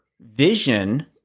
vision